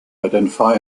identify